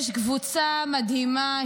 יש קבוצה מדהימה,